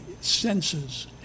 senses